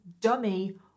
dummy